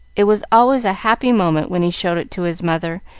it was always a happy moment when he showed it to his mother,